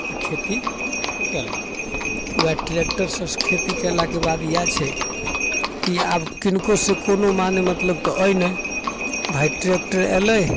आओर खेती कएलनि तऽ वएह ट्रैक्टरसँ खेती कएलाके बाद इएह छै कि आब किनकोसँ कोनो माने मतलब तऽ अइ नहि भाइ ट्रैक्टर अएलै